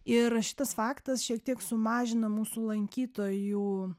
ir šitas faktas šiek tiek sumažina mūsų lankytojų